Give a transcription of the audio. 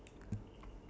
okay